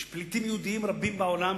יש פליטים יהודים רבים בעולם,